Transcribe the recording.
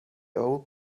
old